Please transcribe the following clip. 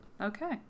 okay